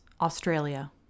Australia